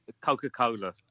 coca-cola